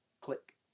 click